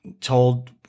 told